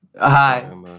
Hi